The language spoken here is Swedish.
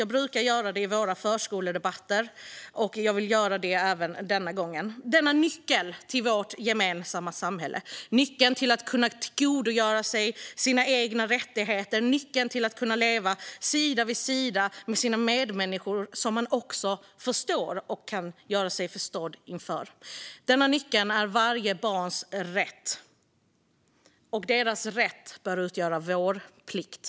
Jag brukar göra det i förskoledebatterna, och jag vill göra det även denna gång. Språket är nyckeln till vårt gemensamma samhälle, till att tillgodogöra sig sina rättigheter och till att kunna leva sida vid sida med sina medmänniskor, som man då också förstår och kan göra sig förstådd inför. Den nyckeln är varje barns rätt, och deras rätt bör utgöra vår plikt.